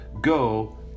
Go